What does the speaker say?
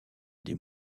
des